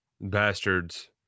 Bastards